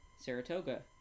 Saratoga